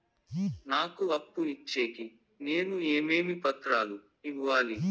నాకు అప్పు ఇచ్చేకి నేను ఏమేమి పత్రాలు ఇవ్వాలి